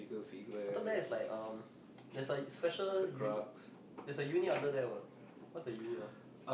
I thought that is like um there's a special unit there's a unit under there [what] what's the unit ah